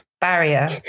barrier